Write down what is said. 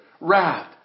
wrath